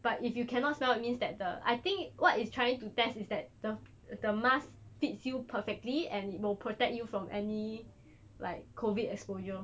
but if you cannot smell it means that the I think what it's trying to test is that the the mask fits you perfectly and it will protect you from any like COVID exposure